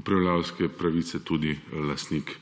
upravljavske pravice tudi lastnik.